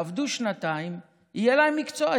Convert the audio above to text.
הם יעבדו שנתיים ויהיה להם מקצוע,